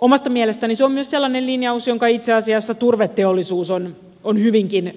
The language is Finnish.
omasta mielestäni se on myös sellainen linjaus jonka itse asiassa turveteollisuus on hyvinkin